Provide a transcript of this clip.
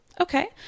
Okay